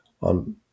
on